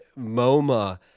Moma